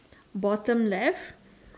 bottom left